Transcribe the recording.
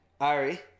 Ari